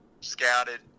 scouted